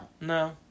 No